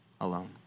alone